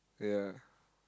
ya